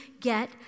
get